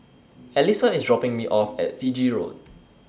Alysa IS dropping Me off At Fiji Road